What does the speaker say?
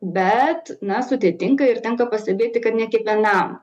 bet na sudėtinga ir tenka pastebėti kad ne kiekvienam